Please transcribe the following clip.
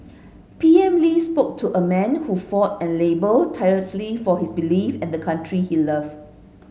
P M Lee spoke to a man who fought and laboured tirelessly for his belief and the country he loved